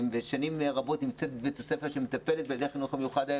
ושנים רבות נמצאת בבית הספר ומטפלת בילדי החינוך המיוחד.